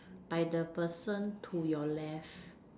by the person to your left